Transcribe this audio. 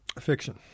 Fiction